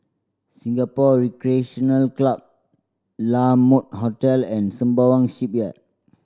Singapore Recreation Club La Mode Hotel and Sembawang Shipyard